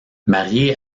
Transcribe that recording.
marié